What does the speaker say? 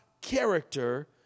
character